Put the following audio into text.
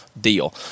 deal